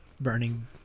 burning